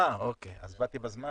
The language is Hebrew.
אוקיי, אז באתי בזמן.